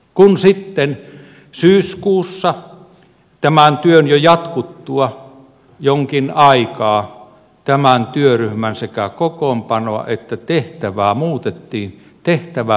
kun sitten syyskuussa tämän työn jo jatkuttua jonkin aikaa tämän työryhmän sekä kokoonpanoa että tehtävää muutettiin tehtävä pelkistyi